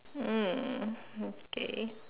mm okay